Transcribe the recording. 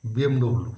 BMW